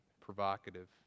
provocative